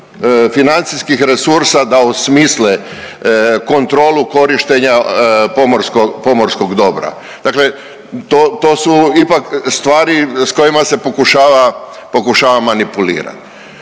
financijskih resursa da osmisle kontrolu korištenja pomorskog dobra. Dakle, to su ipak stvari sa kojima se pokušava manipulirati.